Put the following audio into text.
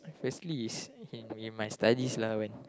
firstly is in in my studies lah when